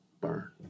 burn